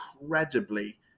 incredibly